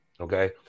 okay